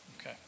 Okay